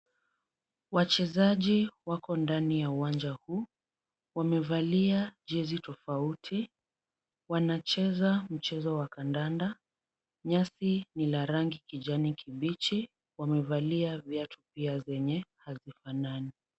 Wachezaji wako ndani ya uwanja huu. Wamevalia jezi tofauti. Wanacheza mchezo wa kandanda. Nyasi ni la rangi kijani kibichi. Wamevalia viatu pia zenye hazifanani.